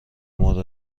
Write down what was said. مورد